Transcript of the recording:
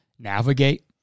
navigate